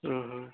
ହୁଁ ହୁଁ